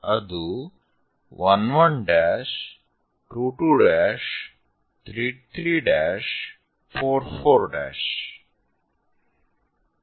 ಅದು 1 1' 2 2' 3 3' 4 4'